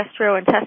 gastrointestinal